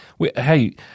Hey